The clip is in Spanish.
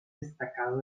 destacado